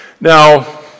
Now